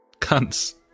Cunts